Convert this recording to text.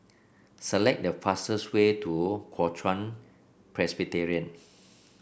select the fastest way to Kuo Chuan Presbyterian